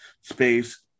space